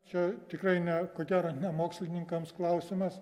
čia tikrai ne ko gero ne mokslininkams klausimas